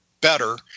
better